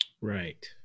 Right